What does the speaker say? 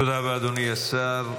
תודה רבה, אדוני השר.